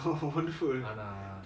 wonderful